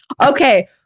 okay